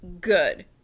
good